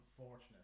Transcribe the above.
unfortunate